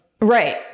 Right